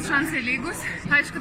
šansai lygūs aišku